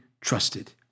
trusted